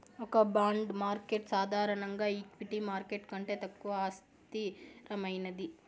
ఒక bond market సాధారణంగా equity market కంటే తక్కువ అస్థిరమైనది